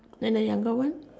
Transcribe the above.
then the younger one